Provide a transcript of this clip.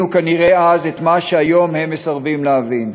כנראה אז את מה שהיום הם מסרבים להבין: